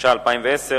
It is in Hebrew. התש"ע 2010,